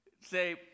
say